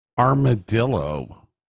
armadillo